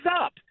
up